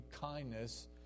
kindness